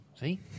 See